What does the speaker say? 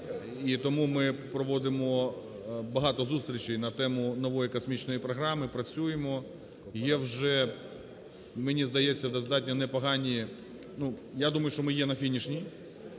тому ми проводимо багато зустрічей на тему нової космічної програми, працюємо. І є вже, мені здається, достатньо непогані… ну, я думаю, що ми є на фінішній.